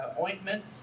ointment